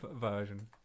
version